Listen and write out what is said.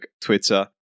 Twitter